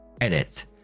Edit